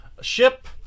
ship